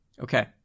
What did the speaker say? Okay